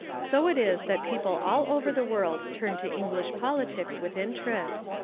so it is that people all over the world turn to english politics with interest.